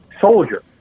soldier